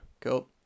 Cool